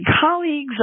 Colleagues